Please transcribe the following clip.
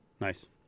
Nice